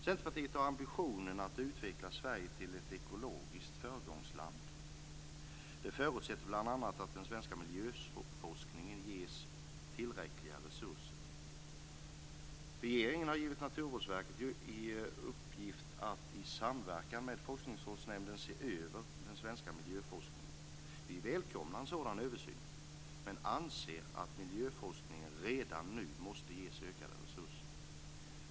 Centerpartiet har ambitionen att utveckla Sverige till ett ekologiskt föregångsland. Detta förutsätter bl.a. att den svenska miljöforskningen ges tillräckliga resurser. Regeringen har givit Naturvårdsverket i uppgift att i samverkan med Forskningsrådsnämnden se över den svenska miljöforskningen. Vi välkomnar en sådan översyn, men anser att miljöforskningen redan nu måste ges ökade resurser.